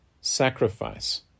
sacrifice